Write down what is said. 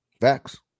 Facts